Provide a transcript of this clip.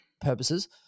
purposes